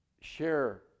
share